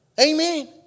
Amen